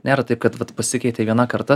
nėra taip kad vat pasikeitė viena karta